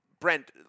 Brent